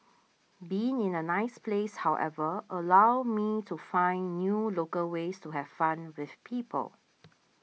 being in a nice place however allowed me to find new local ways to have fun with people